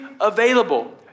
available